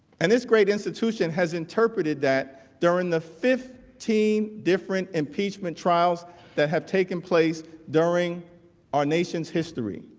and this great institution has interpreted that during the fifth team different impeachment trials that have taken place during our nation's history